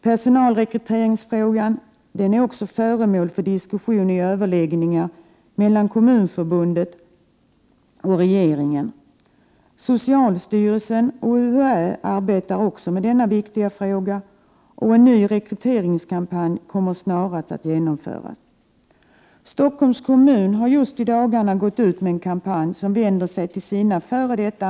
Personalrekryteringsfrågan är också föremål för diskussion i överläggningarna mellan Kommunförbundet och regeringen. Även socialstyrelsen och UHÄ arbetar med denna viktiga fråga, och en ny rekryteringskampanj kommer snarast att genomföras. Stockholms kommun har just i dagarna gått ut med en kampanj som vänder sig till sina f. d.